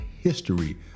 history